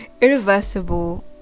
irreversible